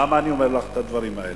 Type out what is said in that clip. למה אני אומר לך את הדברים האלה?